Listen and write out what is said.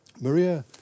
Maria